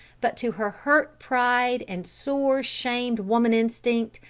but to her hurt pride and sore, shamed woman-instinct,